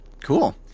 Cool